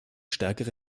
stärkere